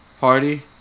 Party